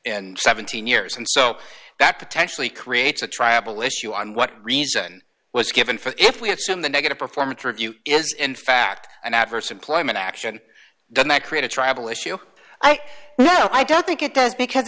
and seventeen years and so that potentially creates a triable issue on what reason was given for if we had some the negative performance review is in fact an adverse employment action doesn't that create a travel issue ike no i don't think it does because